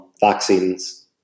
vaccines